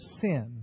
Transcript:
sin